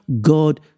God